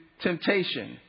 temptation